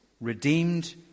redeemed